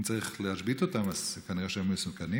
אם צריך להשבית אותם, כנראה שהם מסוכנים.